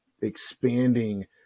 expanding